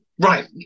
right